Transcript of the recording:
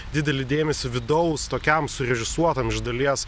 didelį dėmesį vidaus tokiam surežisuotam iš dalies